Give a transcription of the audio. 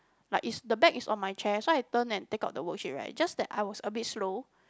like is the bag is on my chair so I turn and take out the worksheet right just that I was a bit slow